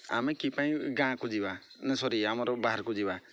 ଆମେ କି ପାଇଁ ଗାଁକୁ ଯିବା ନା ସରି ଆମର ବାହାରକୁ ଯିବା